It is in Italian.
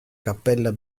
cappella